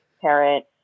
parent